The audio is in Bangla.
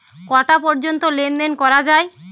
কটা পর্যন্ত লেন দেন করা য়ায়?